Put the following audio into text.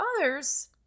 others